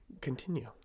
continue